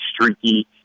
streaky